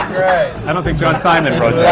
i don't think john simon